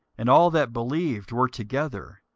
and all that believed were together,